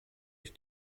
ich